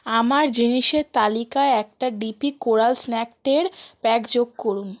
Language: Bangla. আমার জিনিসের তালিকায় একটা ডিপি কোরাল স্ন্যাক ট্রের প্যাক যোগ করুন